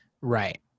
Right